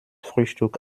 frühstück